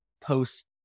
post